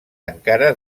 encara